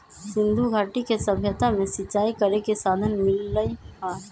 सिंधुघाटी के सभ्यता में सिंचाई करे के साधन मिललई ह